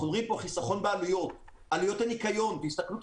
אנחנו רואים פה חיסכון בעלויות: בעלויות הניקיון תסתכלו על